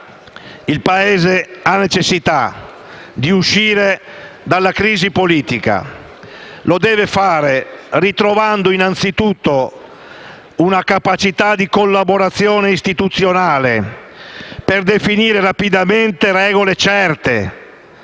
il Paese ha necessità di uscire dalla crisi politica. Lo deve fare ritrovando innanzitutto una capacità di collaborazione istituzionale, per definire rapidamente regole certe,